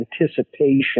anticipation